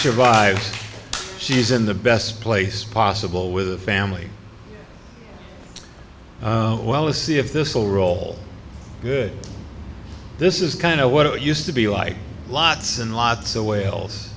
survives she's in the best place possible with the family well let's see if this will roll good this is kind of what it used to be like lots and lots of whales